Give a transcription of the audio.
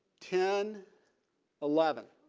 ten eleven.